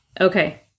Okay